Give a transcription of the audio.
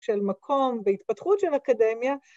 ‫של מקום בהתפתחות של אקדמיה.